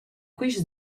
quists